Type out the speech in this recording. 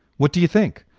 what do you think?